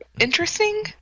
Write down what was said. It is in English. interesting